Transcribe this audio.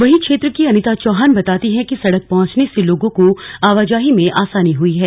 वहीं क्षेत्र की अनिता चौहान बताती हैं कि सड़क पहंचने से लोगों को आवाजाही में आसानी हुई है